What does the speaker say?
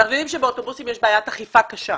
אנחנו מבינים שבאוטובוסים יש בעיית אכיפה קשה.